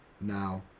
Now